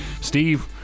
Steve